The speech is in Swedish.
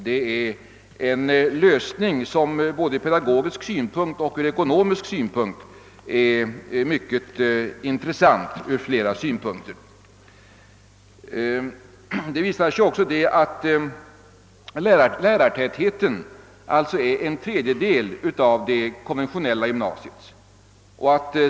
Det är en lösning som både från pedagogisk och ekonomisk synpunkt på flera sätt är mycket intressant. Lärartätheten visar sig vara en tredjedel av det konventionella gymnasiets.